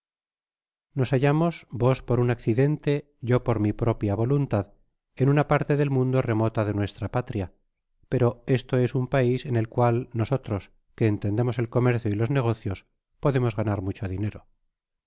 nos hallamos vos por un accidente yo por mi propia voluntad en una parte del mundo remota de nuestra patria pero esto es un pais en el cual nosotros que entendemos el comercio y los negocios podemos ganar mucho dinero